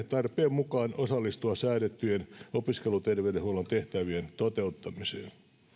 tarpeen mukaan osallistua säädettyjen opiskeluterveydenhuollon tehtävien toteuttamiseen